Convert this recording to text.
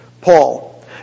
Paul